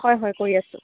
হয় হয় কৰি আছো